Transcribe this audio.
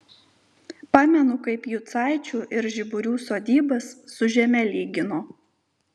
pamenu kaip jucaičių ir žiburių sodybas su žeme lygino